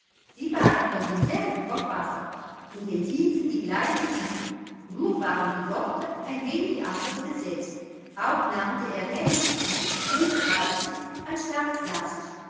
sie waren von demselben verfasser und enthielten die gleiche bitte nur waren die worte ein wenig anders gesetzt auch nannte er nellies züge liebreizend anstatt